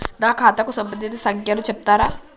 నా ఖాతా కు సంబంధించిన సంఖ్య ను చెప్తరా?